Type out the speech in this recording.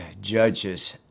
judges